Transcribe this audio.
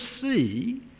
see